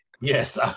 Yes